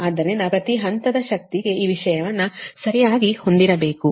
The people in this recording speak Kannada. ಆದ್ದರಿಂದ ಪ್ರತಿ ಹಂತದ ಶಕ್ತಿಗೆ ಈ ವಿಷಯವನ್ನು ಸರಿಯಾಗಿ ಹೊಂದಿರಬೇಕು